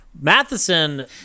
Matheson